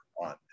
on